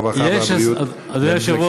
הרווחה והבריאות נתקבלה.